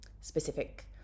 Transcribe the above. specific